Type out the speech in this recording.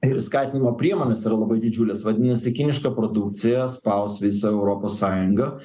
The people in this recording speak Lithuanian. ir skatinimo priemonės yra labai didžiulės vadinasi kiniška produkcija spaus visą europos sąjungą